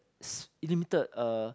s~ limited uh